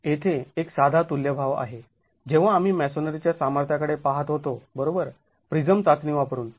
येथे एक साधा तुल्य भाव आहे जेव्हा आम्ही मॅसोनरीच्या सामर्थ्याकडे पहात होतो बरोबर प्रिझम चाचणी वापरून